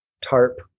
Tarp